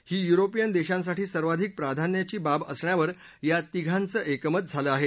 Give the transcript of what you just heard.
ही European देशांसाठी सर्वाधिक प्राधान्याची बाब असण्यावर या तिघांचं एकमत झालं आहे